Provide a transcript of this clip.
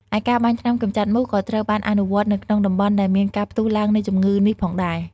ឯការបាញ់ថ្នាំកម្ចាត់មូសក៏ត្រូវបានអនុវត្តនៅក្នុងតំបន់ដែលមានការផ្ទុះឡើងនៃជំងឺនេះផងដែរ។